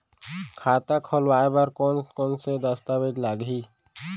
खाता खोलवाय बर कोन कोन से दस्तावेज लागही?